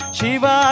Shiva